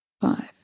five